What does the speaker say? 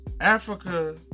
Africa